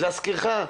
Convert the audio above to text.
להזכירך,